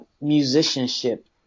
musicianship